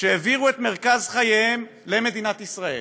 שהעבירו את מרכז חייהם למדינת ישראל,